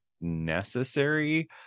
necessary